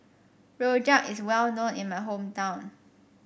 Rojak is well known in my hometown